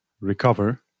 recover